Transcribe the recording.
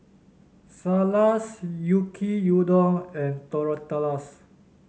Salsa's Yaki Udon and Tortillas